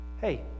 Hey